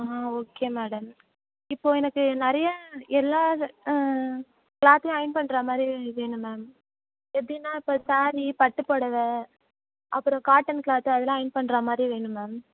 ஆ okay madam இப்போது எனக்கு நிறைய எல்லா கிளாத்தையும் அயன் பண்ணுற மாதிரி வேணும் மேம் எப்படின்னா இப்போ ஸாரீ பட்டுப்புடவை அப்புறம் காட்டன் கிளாத்து அதெல்லாம் அயன் பண்ணுற மாதிரி வேணும் மேம்